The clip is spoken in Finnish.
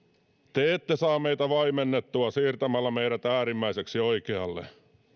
te ette saa meitä vaimennettua siirtämällä meidät äärimmäiseksi oikealle